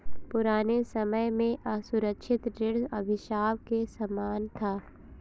पुराने समय में असुरक्षित ऋण अभिशाप के समान था